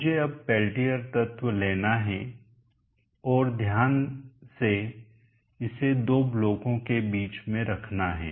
मुझे अब पेल्टियर तत्व लेना है और ध्यान से इसे दो ब्लॉकों के बीच में रखना है